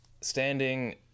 Standing